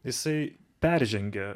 jisai peržengė